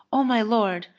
o my lord,